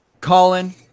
Colin